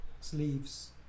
sleeves